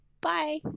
bye